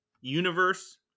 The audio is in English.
universe